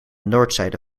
noordzijde